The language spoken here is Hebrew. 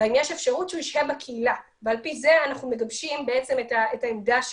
האם יש אפשרות שהוא ישהה בקהילה ועל פי זה אנחנו מגבשים את העמדה שלנו.